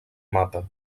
mapa